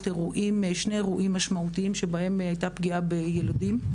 שני אירועים משמעותיים בהם הייתה פגיעה בילדים.